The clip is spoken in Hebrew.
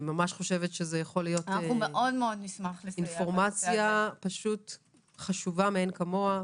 זו יכולה להיות אינפורמציה חשובה מאין כמוה.